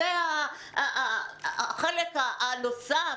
זה החלק הנוסף,